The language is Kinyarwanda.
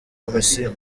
komisiyo